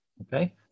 Okay